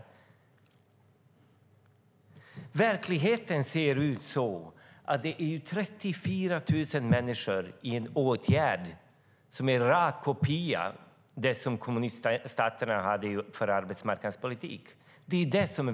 Men verkligheten är att 34 000 människor finns i en åtgärd som är en kopia av kommuniststaternas arbetsmarknadspolitik.